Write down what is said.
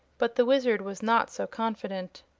but the wizard was not so confident.